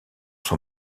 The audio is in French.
son